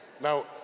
Now